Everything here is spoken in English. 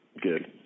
Good